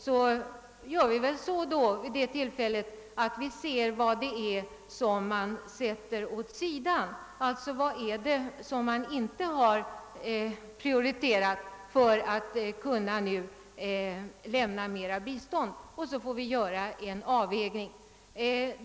Då ser vi naturligtvis efter vad det är man sätter åt sidan, alltså vad man inte har prioriterat för att kunna lämna mera bistånd, och sedan får vi göra en avvägning.